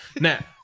Now